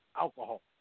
Alcohol